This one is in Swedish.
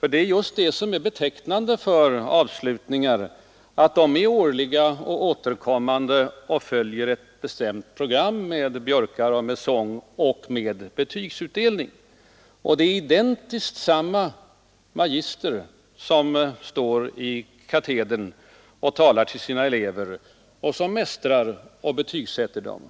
för det betecknande för avslutningar är just att de är årligen återkommande och följer ett bestämt program med björkar, med sång och med betygsutdelning, Och det är identiskt samma magister som står i katedern och talar till sina elever och som mästrar och betygsätter dem.